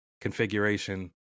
configuration